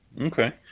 okay